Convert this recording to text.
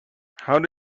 how